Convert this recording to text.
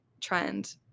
trend